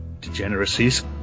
degeneracies